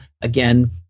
again